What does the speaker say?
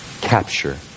capture